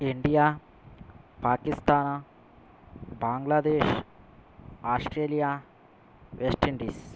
India Pakistan Bangladesh Australia West Indies